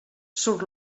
surt